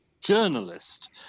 journalist